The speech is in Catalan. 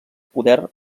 poder